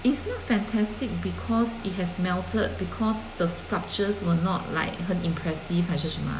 it's not fantastic because it has melted because the sculptures were not like 很 impressive 还是什么